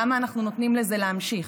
למה אנחנו נותנים לזה להימשך?